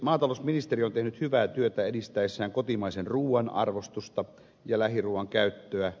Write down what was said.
maatalousministeri on tehnyt hyvää työtä edistäessään kotimaisen ruuan arvostusta ja lähiruuan käyttöä